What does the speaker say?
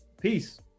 Peace